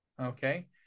okay